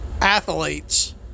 athletes